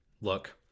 Look